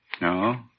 No